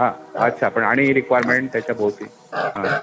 हां अच्छा पण आणि रिक्वायरमेंट त्याच्याभोवती हां